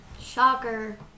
Shocker